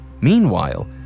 Meanwhile